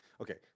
Okay